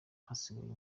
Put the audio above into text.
hasigaye